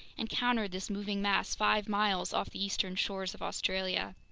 encountered this moving mass five miles off the eastern shores of australia.